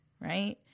right